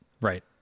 Right